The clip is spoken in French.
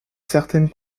certaine